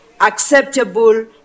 acceptable